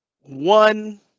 one